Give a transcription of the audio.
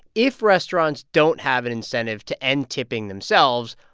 if restaurants don't have an incentive to end tipping themselves,